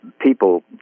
people